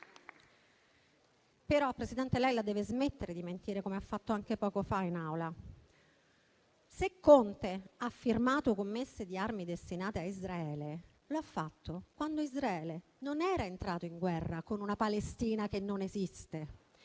Però, Presidente, lei la deve smettere di mentire, come ha fatto anche poco fa in Aula. Se Conte ha firmato commesse di armi destinate a Israele, lo ha fatto quando Israele non era entrato in guerra con una Palestina che non esiste.